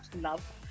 love